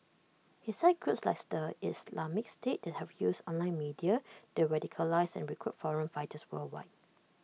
he cited groups like the Islamic state that have used online media to radicalise and recruit foreign fighters worldwide